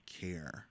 care